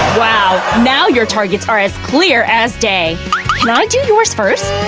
wow! now your targets are as clear as day. can i do yours first?